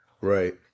right